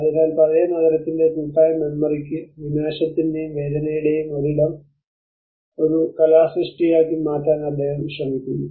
അതിനാൽ പഴയ നഗരത്തിന്റെ കൂട്ടായ മെമ്മറിക്ക് വിനാശത്തിന്റെയും വേദനയുടെയും ഒരിടം ഒരു കലാസൃഷ്ടിയാക്കി മാറ്റാൻ അദ്ദേഹം ശ്രമിക്കുന്നു